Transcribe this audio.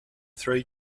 three